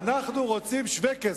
אנחנו רוצים שווה כסף.